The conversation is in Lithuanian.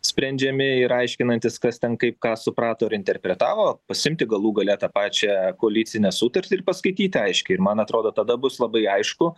sprendžiami ir aiškinantis kas ten kaip ką suprato ir interpretavo pasiimti galų gale tą pačią koalicinę sutartį ir paskaityti aiškiai ir man atrodo tada bus labai aišku